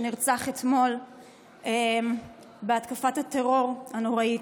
שנרצח אתמול בהתקפת הטרור הנוראית.